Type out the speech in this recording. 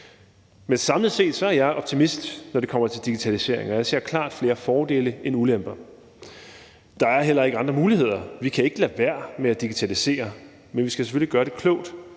Samlet set er jeg optimist, når det kommer til digitalisering. Jeg ser klart flere fordele end ulemper. Der er heller ikke andre muligheder. Vi kan ikke lade være med at digitalisere, men vi skal selvfølgelig gøre det klogt